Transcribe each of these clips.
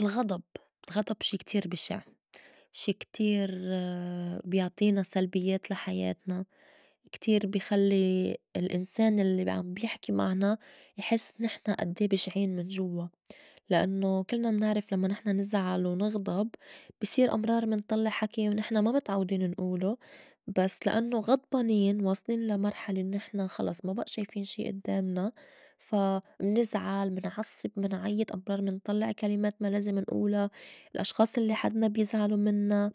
الغضب، الغضب شي كتير بشع شي كتير بيعطينا سلبيّات لا حياتنا كتير بي خلّي الإنسان الّي عم بيحكي معنا يحس نحن أدّي بشعين من جوّا لأنّو كلنا منعرف لمّا نحن نزعل ونغضب بي صير أمرار منطلّع حكي ونحن ما متعودين نئولو بس لأنّو غضبانين واصلين لا مرحلة إنّو نحن خلص ما بئ شايفين شي أدّامنا فا منزعل، منعصّب، منعيّط، أمرار منطلّع كلمات ما لازم نئولى الأشخاص الّي حدنا بيزعلو منّا،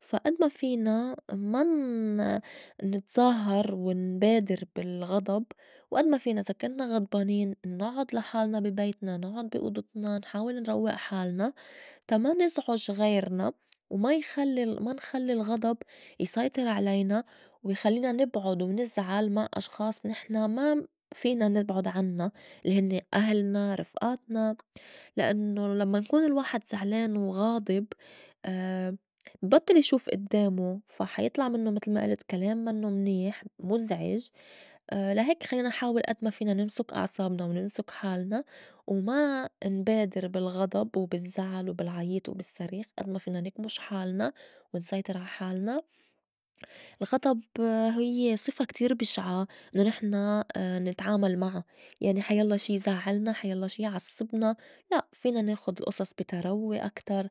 فا أد ما فينا ما ن- نتظاهر ونبادر بالغضب وأد ما فينا إذا كنّا غضبانين نُعُّد لا حالنا بي بيتنا نُعُّد بي أوضتنا نحاول نروّئ حالنا تا ما نزعُج غيرنا وما يخلّي ال ما نخلّي الغضب يسيطر علينا ويخلّينا نبعُد ونزعل مع أشخاص نحن ما فينا نبعُد عنّا لي هنّي أهلنا رفئاتنا لأنّو لمّا نكون الواحد زعلان وغاضب بي بطّل يشوف أدّامو فا حيطلع منّو متل ما ألت كلام منّو منيح، مُزعج، لا هيك خلّينا نحاول أد ما فينا نمسُك أعصابنا ونمسُك حالنا وما نبادر بالغضب وبالزّعل وبالعيط وبالصّريخ أد ما فينا نكمُش حالنا ونسيطر عا حالنا. الغضب هيّ صفة كتير بِشعَ إنّو نحن نتعامل معا يعني حيلّا شي يزعّلنا حيلّا شي يعصّبنا لأ فينا ناخُد الأصص بي تروّي أكتر.